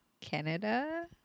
Canada